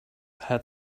had